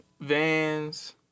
vans